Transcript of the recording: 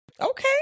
Okay